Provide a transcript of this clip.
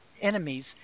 enemies